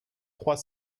trois